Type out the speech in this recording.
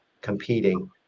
competing